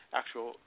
actual